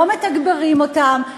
לא מתגברים אותן,